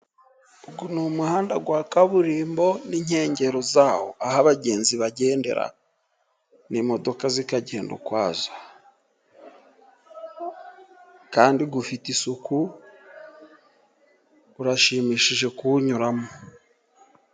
Uyu ni umuhanda wa kaburimbo n'inkengero za wo, aho abagenzi bagendera n'imodoka zikagenda ukwazo. Kandi ufite isuku, urashimishije kuwunyuramo.